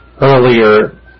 Earlier